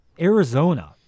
Arizona